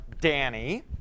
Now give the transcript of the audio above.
Danny